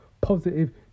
positive